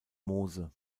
mose